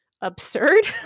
absurd